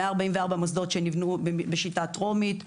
מוסדות שנבנו בשיטה טרומית,